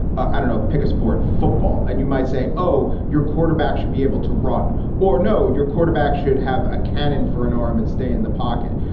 i don't know. pick a sport football. and you might say, oh, your quarterback should be able to run or know. your quarterback should have a cannon for an arm and stay in the pocket.